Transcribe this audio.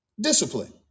Discipline